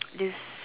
this